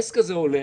העסק הזה עולה